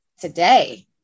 today